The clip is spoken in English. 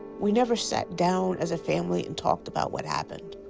we never sat down as a family and talked about what happened.